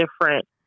different